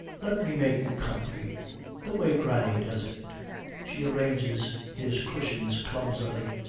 let me make you comfy the way granny does it she arranges his cushions clumsily.